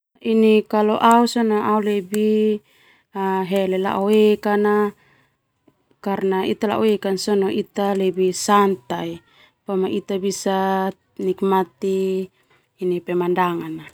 Sona au lebih hele lao ek kana ita lao ek kasona ita lebih santai boma ita bisa nikmati pemandangan.